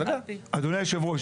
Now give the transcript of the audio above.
אדוני יושב הראש,